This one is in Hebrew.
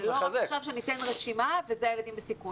זה לא רק עכשיו שניתן רשימה וזה הילדים בסיכון.